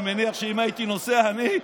אני מניח שאם הייתי נוסע אני,